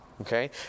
okay